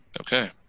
Okay